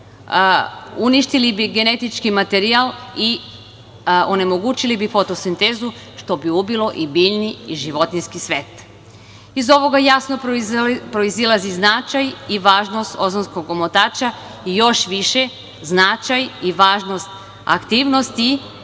uništili bi genetički materijal i onemogućili bi fotosintezu, što ubi ubilo biljni i životinjski svet. Iz ovoga jasno proizilazi značaj i važnost ozonskog omotača i još više značaj i važnost aktivnosti